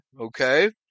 okay